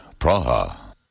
Praha